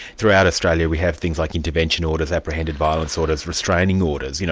throughout australia we have things like intervention orders, apprehended violence orders, restraining orders, you know,